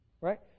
right